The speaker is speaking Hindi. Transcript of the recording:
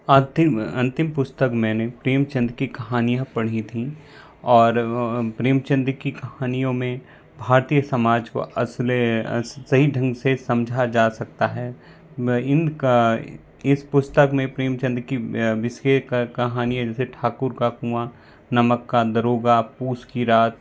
अंतिम अंतिम पुस्तक मैंने प्रेमचंद की कहानियाँ पढ़ीं थीं और प्रेमचंद की कहानियों में भारतीय समाज को असली सही ढंग से समझा जा सकता है मैं इनका इस पुस्तक में प्रेमचंद की विशेषकर कहानियाँ जैसे ठाकुर का कुआँ नमक का दारोगा पूस की रात